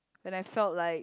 when I felt like